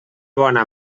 bona